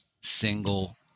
single